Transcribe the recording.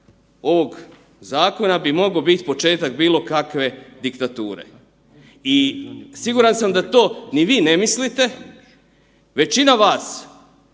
ovog zakona bi mogao biti početak bilo kakve diktature. I siguran sam da to ni vi ne mislite, većina vas